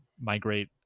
migrate